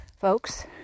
folks